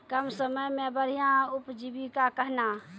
कम समय मे बढ़िया उपजीविका कहना?